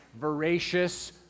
voracious